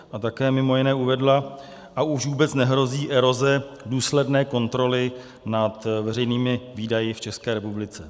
A také mimo jiné uvedla: A už vůbec nehrozí eroze důsledné kontroly nad veřejnými výdaji v České republice.